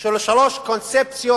של שלוש קונספציות